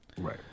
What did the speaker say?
right